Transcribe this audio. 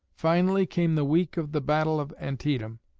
finally, came the week of the battle of antietam.